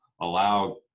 allow